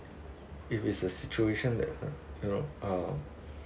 if is a situation that uh you know uh